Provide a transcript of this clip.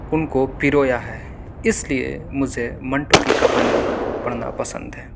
ان کو پرویا ہے اس لئے مجھے منٹو کی کہانیاں پڑھنا پسند ہے